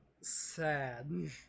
sad